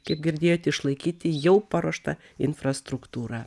kaip girdėjot išlaikyti jau paruoštą infrastruktūrą